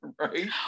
right